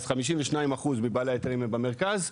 אז 52% מבעלי ההיתרים הם במרכז,